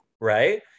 right